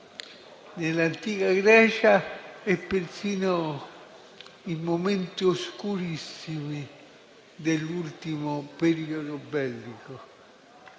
nell'antica Grecia e persino in momenti oscurissimi dell'ultimo periodo bellico;